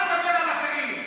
אל תדבר על אחרים.